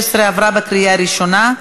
נגמר הזמן.